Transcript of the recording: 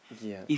yeah